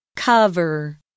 cover